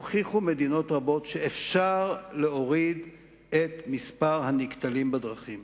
הוכיחו מדינות רבות שאפשר להוריד את מספר הנקטלים בדרכים.